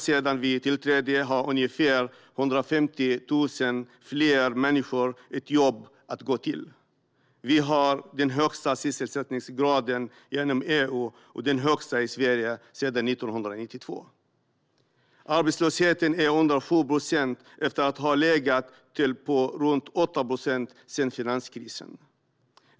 Sedan vi tillträdde har ungefär 150 000 fler människor ett jobb att gå till. Vi har den högsta sysselsättningsgraden inom EU och den högsta i Sverige sedan 1992. Arbetslösheten är under 7 procent efter att ha legat still på runt 8 procent sedan finanskrisen.